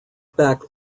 back